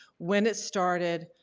when it started,